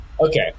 Okay